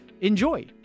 Enjoy